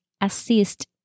assist